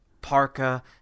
parka